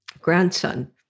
grandson